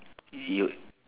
you